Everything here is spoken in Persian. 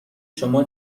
شما